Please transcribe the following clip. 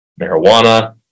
marijuana